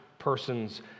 person's